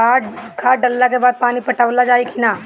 खाद डलला के बाद पानी पाटावाल जाई कि न?